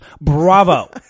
Bravo